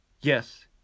Yes